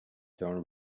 don’t